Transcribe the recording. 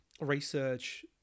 research